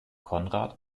conrad